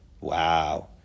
Wow